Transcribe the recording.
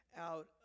out